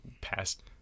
past